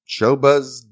Showbuzz